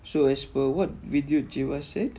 so as per what said